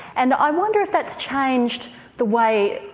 and i wonder if that's changed the way,